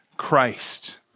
Christ